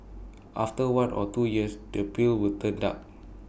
after one or two years the peel will turn dark